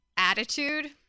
Attitude